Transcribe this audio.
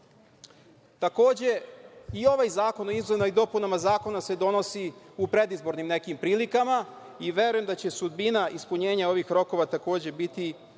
zakona. Takođe, i ovaj zakon o izmenama i dopunama zakona se donosi u predizbornim nekim prilikama i verujem da će sudbina ispunjenja ovih rokova takođe biti